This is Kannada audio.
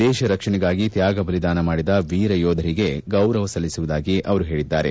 ದೇತ ರಕ್ಷಣೆಗಾಗಿ ತ್ಯಾಗ ಬಲಿದಾನ ಮಾಡಿದ ವೀರಯೋಧರಿಗೆ ಗೌರವ ಸಲ್ಲಿಸುವುದಾಗಿ ಅವರು ಹೇಳಿದ್ದಾರೆ